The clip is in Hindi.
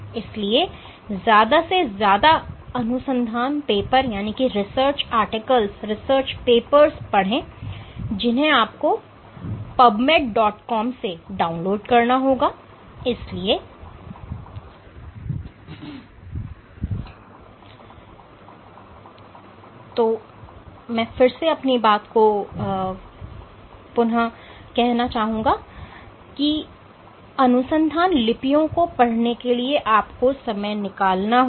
इसलिए ज्यादा से ज्यादा अनुसंधान पेपर पढ़ें जिन्हें आपको अब pubmedcom से डाउनलोड करना होगा